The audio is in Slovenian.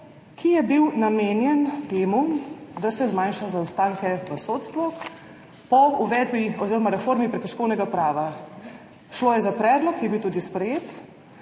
ki je bil namenjen temu, da se zmanjša zaostanke v sodstvu po uvedbi oziroma reformi prekrškovnega prava. Šlo je za predlog, ki je bil tudi sprejet,